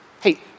Hey